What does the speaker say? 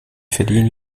verdienen